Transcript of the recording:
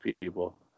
people